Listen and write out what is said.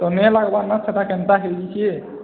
ତୁମେ ହେଲା ହେବେନା ସେଟା କେନ୍ତା ହେଇ ଯାଇଛେ